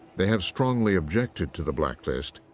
they have strongly objected to the blacklist,